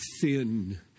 thin